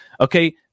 Okay